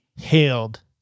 hailed